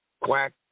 quack